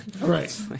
right